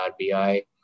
RBI